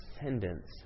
descendants